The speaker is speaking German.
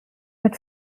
mit